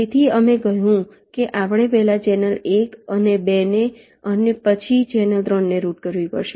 તેથી અમે કહ્યું કે આપણે પહેલા ચેનલ 1 અને 2 ને પછી ચેનલ 3 ને રૂટ કરવી પડશે